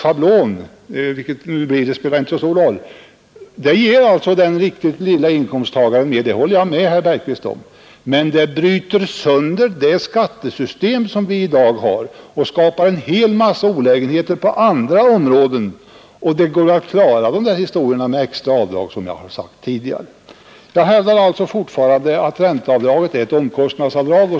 Jag håller med herr Bergqvist om att det för de små inkomsttagarna innebär en fördel, men det bryter sönder det nuvarande skattesystemet och skapar en hel mängd olägenheter på en mängd andra områden. Det går, som jag sade tidigare, att klara det hela med extra avdrag. Jag hävdar fortfarande att ränteavdraget är ett omkostnadsavdrag.